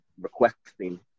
requesting